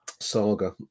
Saga